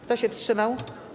Kto się wstrzymał?